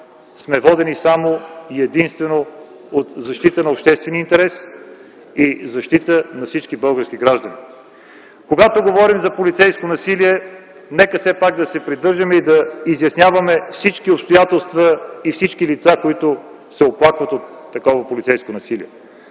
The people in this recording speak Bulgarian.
сме водени само и единствено от защитата на обществения интерес и защитата на всички български граждани. Когато говорим за полицейско насилие, нека все пак да се придържаме и да изясняваме всички обстоятелства и всички лица, които се оплакват от такова полицейско насилие.